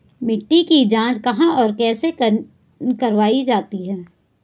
मिट्टी की जाँच कहाँ और कैसे करवायी जाती है?